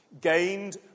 gained